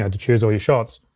and to choose all your shots.